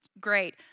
great